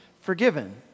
forgiven